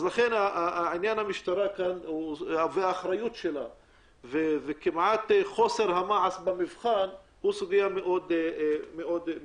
לכן עניין המשטרה והאחריות שלה וחוסר המעש הוא סוגיה מאוד חשובה.